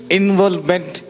involvement